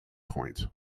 point